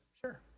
sure